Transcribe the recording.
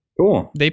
Cool